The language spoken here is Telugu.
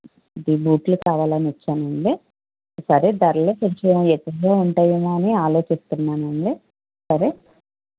ఈ బూట్లు కావాలని వచ్చానండి సరే ధరలే కొంచెం ఎట్టేట్టో ఉంటాయేమో అని ఆలోచిస్తున్నానండి సరే